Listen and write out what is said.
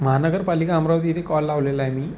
महानगरपालिका अमरावती इथे कॉल लावलेला आहे मी